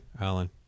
Alan